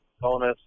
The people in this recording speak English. bonus